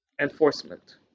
enforcement